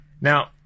Now